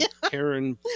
karen